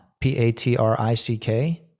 p-a-t-r-i-c-k